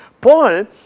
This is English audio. Paul